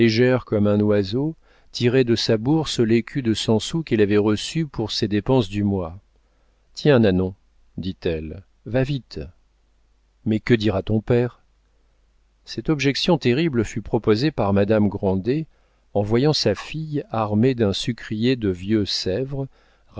comme un oiseau tirer de sa bourse l'écu de cent sous qu'elle avait reçu pour ses dépenses du mois tiens nanon dit-elle va vite mais que dira ton père cette objection terrible fut proposée par madame grandet en voyant sa fille armée d'un sucrier de vieux sèvres